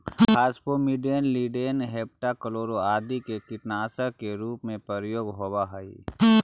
phosphamidon, lindane, heptachlor आदि के कीटनाशक के रूप में प्रयोग होवऽ हई